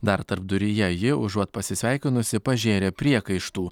dar tarpduryje ji užuot pasisveikinusi pažėrė priekaištų